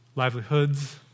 Livelihoods